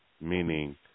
meaning